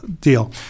deal